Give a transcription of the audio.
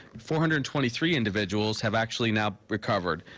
four hundred and twenty three individuals have actually now recovered.